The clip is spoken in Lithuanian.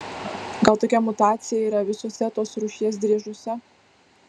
gal tokia mutacija yra visuose tos rūšies driežuose